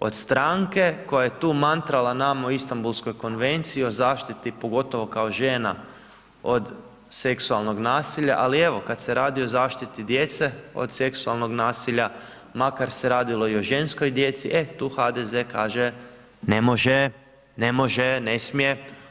od stranke koja je tu mantrala nama o Istambulskoj konvenciji o zaštiti, pogotovo kao žena od seksualnog nasilja, ali evo kad se radi o zaštiti djece od seksualnog nasilja makar se radilo i o ženskoj djeci, e tu HDZ kaže ne može, ne može, ne smije.